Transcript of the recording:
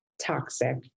toxic